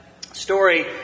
story